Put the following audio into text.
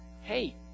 Hey